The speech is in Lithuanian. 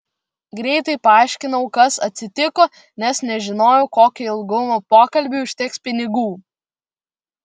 greitai paaiškinau kas atsitiko nes nežinojau kokio ilgumo pokalbiui užteks pinigų